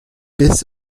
bis